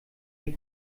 die